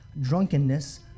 drunkenness